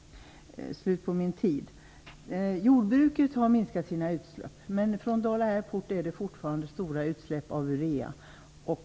Jordbruket har minskat sina utsläpp, men det kommer fortfarande stora utsläpp av urea från Dala Airport.